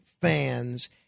fans